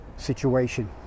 situation